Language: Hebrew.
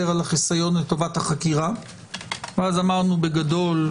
על החיסיון לטובת החקירה ואז אמרנו בגדול,